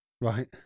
Right